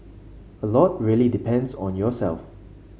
a lot really depends on yourself